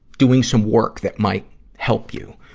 doing some work that might help you.